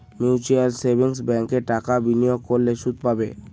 mutual savings ব্যাঙ্কে টাকা বিনিয়োগ করলে সুদ পাবে